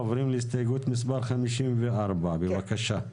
עוברים להסתייגות מספר 39. תגיד אדוני,